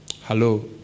Hello